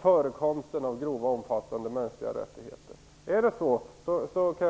förekomsten av grova och omfattande kränkningar av mänskliga rättigheter.